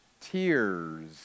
Tears